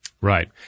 Right